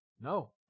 no